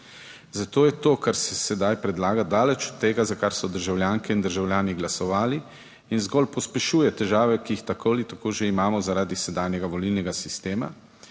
Zato je to, kar se sedaj predlaga, daleč od tega, za kar so državljanke in državljani glasovali in zgolj pospešuje težave, ki jih tako ali tako že imamo zaradi sedanjega volilnega sistema,